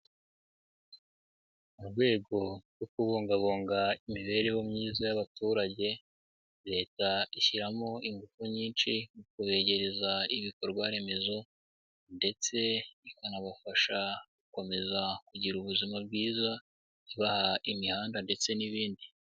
Mu rwego rwo kubungabunga imibereho myiza y'abaturage, Leta ishyiramo ingufu nyinshi mu kubegereza ibikorwa remezo ndetse ikanabafasha gukomeza kugira ubuzima bwiza, ibaha imihanda ndetse n'ibindi.